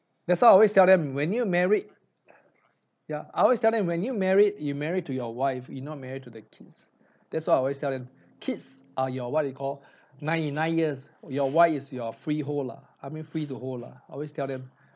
that's why I always tell them when you married ya I always tell them when you married you married to your wife you not married to the kids that's what I always tell them kids are you what do you call ninety nine years your wife is your freehold lah I mean free to hold lah I always tell them